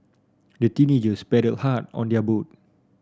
the teenagers paddled hard on their boat